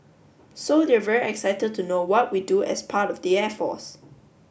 so they're very excited to know what we do as part of the air force